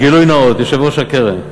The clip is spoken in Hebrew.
גילוי נאות, יושב-ראש הקרן.